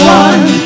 one